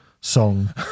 song